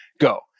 go